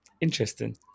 interesting